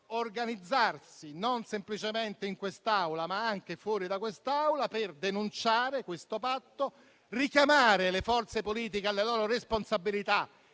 organizzarsi non semplicemente in quest'Aula, ma anche all'esterno, per denunciare questo patto, richiamare le forze politiche alle loro responsabilità